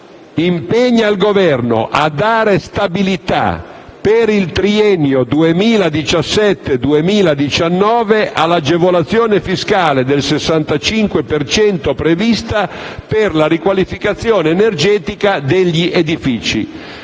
«impegna il Governo a dare stabilità, per il triennio 2017-2019, all'agevolazione fiscale del 65 per cento prevista per la riqualificazione energetica degli edifici».